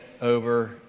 over